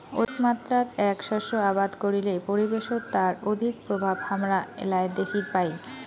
অধিকমাত্রাত এ্যাক শস্য আবাদ করিলে পরিবেশত তার অধিক প্রভাব হামরা এ্যালায় দ্যাখির পাই